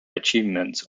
achievements